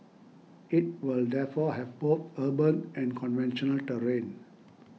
it will therefore have both urban and conventional terrain